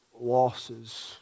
losses